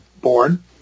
born